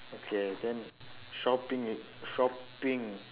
okay then shopping eh shopping